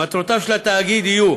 מטרותיו של התאגיד יהיו